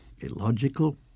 illogical